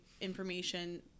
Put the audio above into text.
information